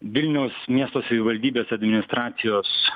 vilniaus miesto savivaldybės administracijos